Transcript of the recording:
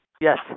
Yes